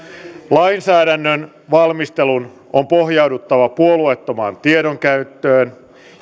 lainsäädännön valmistelun on pohjauduttava puolueettomaan tiedonkäyttöön